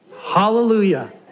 Hallelujah